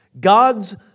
God's